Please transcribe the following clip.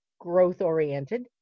growth-oriented